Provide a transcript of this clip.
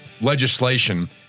legislation